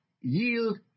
yield